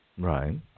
Right